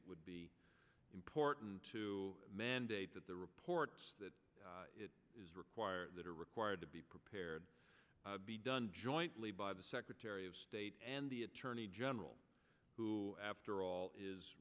it would be important to mandate that the reports that it is required that are required to be prepared be done jointly by the secretary of state and the attorney general who after all is